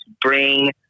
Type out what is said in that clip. bring